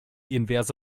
inverse